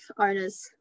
owner's